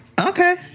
Okay